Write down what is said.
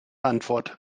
antwort